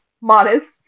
modest